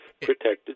protected